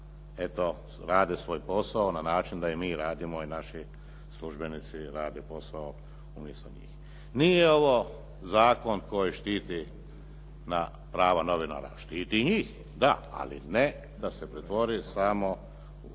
eto rade svoj posao na način da i mi radimo i naši službenici rade posao umjesto njih. Nije ovo zakon koji štiti prava novinara. Štiti i njih da, ali ne da se pretvori samo u